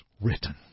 written